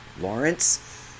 Lawrence